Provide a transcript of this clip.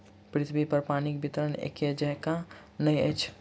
पृथ्वीपर पानिक वितरण एकै जेंका नहि अछि